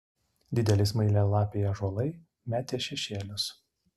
dideli smailialapiai ąžuolai metė šešėlius